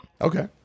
Okay